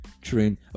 train